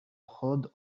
მხოლოდ